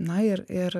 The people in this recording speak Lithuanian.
na ir ir